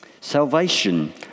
Salvation